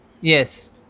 Yes